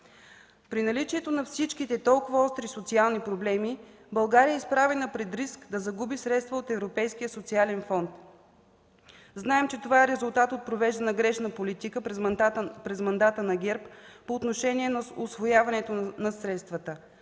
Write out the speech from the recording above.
При наличието на всичките толкова остри социални проблеми България е изправена пред риск да загуби средства от Европейския социален фонд. Знаем, че това е резултат от провеждана грешна политика през мандата на ГЕРБ по отношение на усвояването на средствата.